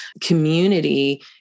community